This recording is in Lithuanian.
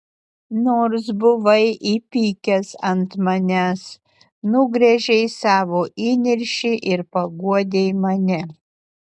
nors buvai įpykęs ant manęs nugręžei savo įniršį ir paguodei mane